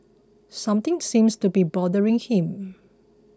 something seems to be bothering him